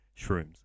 shrooms